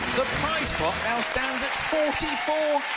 prize pot now stands at forty four